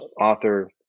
author